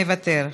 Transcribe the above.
מוותר,